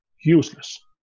useless